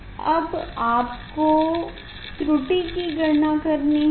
अब आपको त्रुटि की गणना करनी है